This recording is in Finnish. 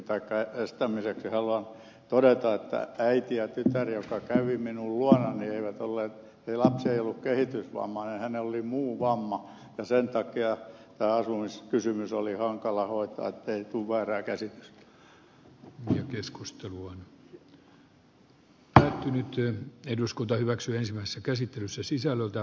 väärinkäsityksen estämiseksi haluan todeta äidistä ja tyttärestä jotka kävivät minun luonani että lapsi ei ollut kehitysvammainen hänellä oli muu vamma ja sen takia tämä asumiskysymys oli hankala hoitaa ettei tule väärää käsitystä